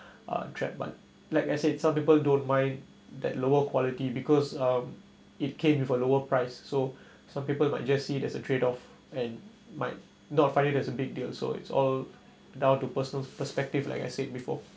uh trap but like I said some people don't mind that lower quality because um it came with a lower price so some people might just see that's a trade off and might not find it as a big deal so it's all down to personal perspective like I said before